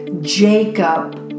Jacob